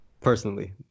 Personally